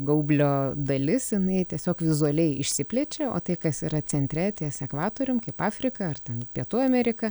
gaublio dalis jinai tiesiog vizualiai išsiplečia o tai kas yra centre ties ekvatorium afrika ar ten pietų amerika